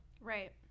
right